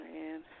man